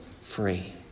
free